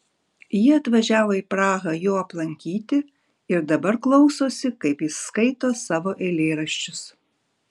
ji atvažiavo į prahą jo aplankyti ir dabar klausosi kaip jis skaito savo eilėraščius